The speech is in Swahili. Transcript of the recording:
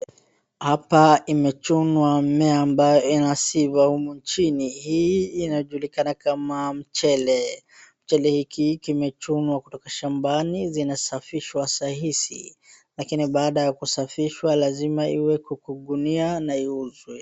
Hapa imechunwa mimea amabayo inasifa humu nchini. Hii inajulikana kama mchele. Mchele hiki kimechunwa kutoka shambani, zinasafishwa saa hizi. Lakini baada ya kusafishwa lazima iwekwe ka ngunia na iuzwe.